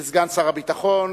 לסגן שר הביטחון.